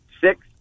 six